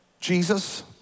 Jesus